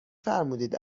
فرمودید